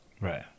Right